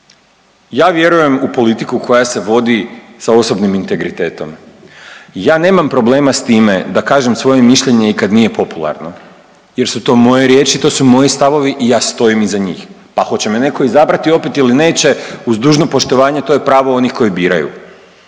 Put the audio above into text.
ja vjerujem u politiku koja se vodi sa osobnim integritetom. Ja nemam problema s time da kažem svoje mišljenje i kad nije popularno jer su to moje riječi, to su moji stavovi i ja stojim iza njih, pa hoće me neko izabrati opet ili neće uz dužno poštovanje to je pravo onih koji biraju,